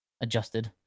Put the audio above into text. adjusted